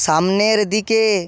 সামনের দিকে